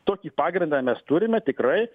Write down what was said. tokį pagrindą mes turime tikrai